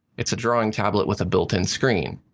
it's a drawing tablet with a built-in screen.